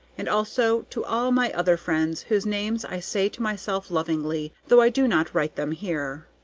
and also to all my other friends, whose names i say to myself lovingly, though i do not write them here.